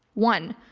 one.